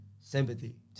sympathy